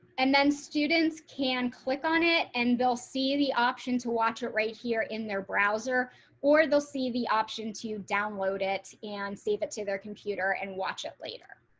and then students can click on it and they'll see the option to watch it right here in their browser or they'll see the option to download it and save it to their computer and watch it later.